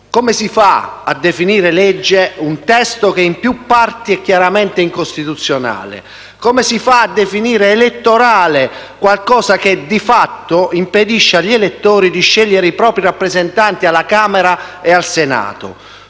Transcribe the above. Come si fa a definire legge un testo che in più parti è chiaramente incostituzionale? Come si fa a definire elettorale qualcosa che, di fatto, impedisce agli elettori di scegliere i propri rappresentanti alla Camera dei deputati